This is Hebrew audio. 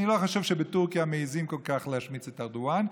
אני לא חושב שבטורקיה מעיזים כל כך להשמיץ את ארדואן,